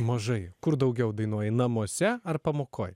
mažai kur daugiau dainuoji namuose ar pamokoj